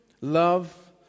love